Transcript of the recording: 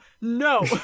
no